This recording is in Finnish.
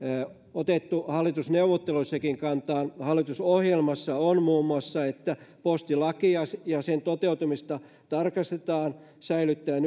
otettu jo hallitusneuvotteluissakin kantaa hallitusohjelmassa on muun muassa että postilakia ja sen toteutumista tarkastetaan säilyttäen